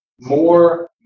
more